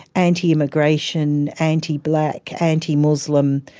anti-immigration anti-black, anti-muslim,